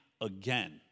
again